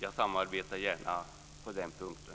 Jag samarbetar gärna på den punkten.